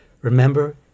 Remember